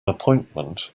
appointment